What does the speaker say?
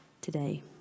today